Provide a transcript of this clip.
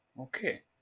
Okay